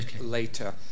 later